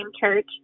church